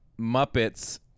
Muppets